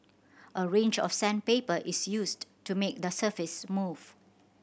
a range of sandpaper is used to make the surface smooth